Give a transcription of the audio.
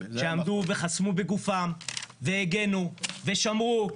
שעמדו וחסמו בגופם והגנו ושמרו,